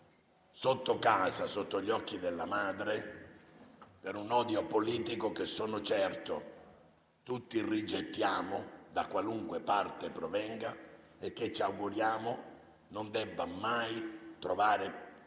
sotto casa, sotto gli occhi della madre, per un odio politico che sono certo tutti rigettiamo, da qualunque parte provenga, e che ci auguriamo non trovi mai spazio